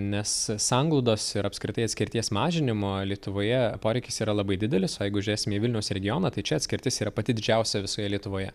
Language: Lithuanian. nes sanglaudos ir apskritai atskirties mažinimo lietuvoje poreikis yra labai didelis o jeigu žiūrėsim į vilniaus regioną tai čia atskirtis yra pati didžiausia visoje lietuvoje